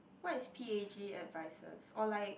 what is p_a_g advisors or like